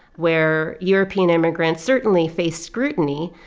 where european immigrants certainly faced scrutiny,